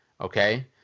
okay